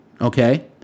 Okay